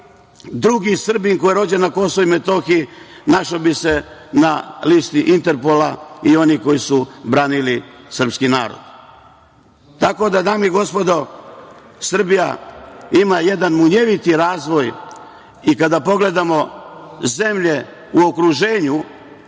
drugi Srbin koji je rođen na KiM našao bi se na listi Interpola i onih koji su branili srpski narod. Tako da, dame i gospodo, Srbija ima jedan munjeviti razvoj. I kada pogledamo zemlje u okruženju